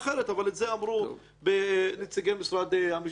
אבל את זה אמרו נציגי משרד המשפטים.